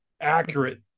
accurate